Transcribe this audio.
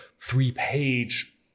three-page